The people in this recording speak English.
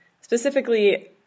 specifically